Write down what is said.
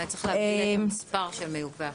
צריך להגביל את המספר של מיופי הכוח.